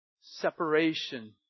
Separation